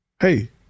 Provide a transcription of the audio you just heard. hey